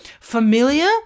familiar